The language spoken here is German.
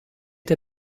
der